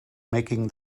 making